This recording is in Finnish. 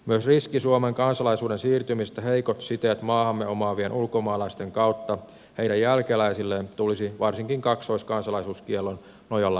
myös riski suomen kansalaisuuden siirtymisestä heikot siteet maahamme omaavien ulkomaalaisten kautta heidän jälkeläisilleen tulisi varsinkin kaksoiskansalaisuuskiellon nojalla poistetuksi